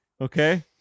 Okay